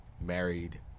married